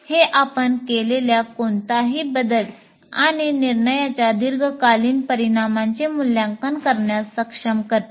हे आपण केलेल्या कोणताही बदल आणि निर्णयाच्या दीर्घकालीन परिणामाचे मूल्यांकन करण्यास सक्षम करते